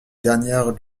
dernières